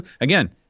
again